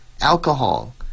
alcohol